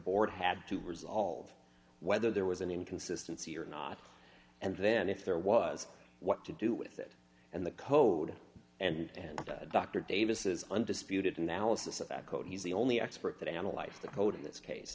board had to resolve whether there was an inconsistency or not and then if there was what to do with it and the code and dr davis undisputed analysis of that code he's the only expert that analyzed the code in this case